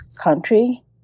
country